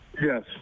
yes